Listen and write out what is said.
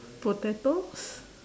potatoes